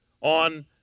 on